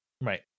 right